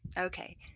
Okay